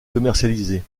commercialisée